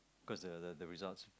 cause the the the results